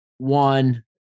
one